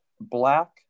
black